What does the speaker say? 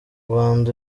rwanda